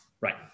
Right